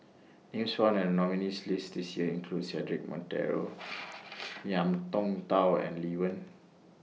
Names found in The nominees' list This Year include Cedric Monteiro Ngiam Tong Dow and Lee Wen